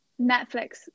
Netflix